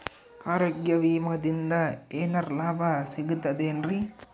ಆರೋಗ್ಯ ವಿಮಾದಿಂದ ಏನರ್ ಲಾಭ ಸಿಗತದೇನ್ರಿ?